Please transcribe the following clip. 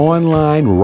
Online